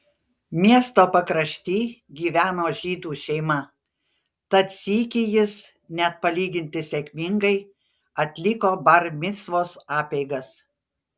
miesto pakrašty gyveno žydų šeima tad sykį jis net palyginti sėkmingai atliko bar micvos apeigas